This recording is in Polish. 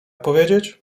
powiedzieć